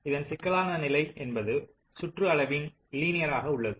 இதன் சிக்கலான நிலை என்பது சுற்று அளவின் லீனியர் ஆக உள்ளது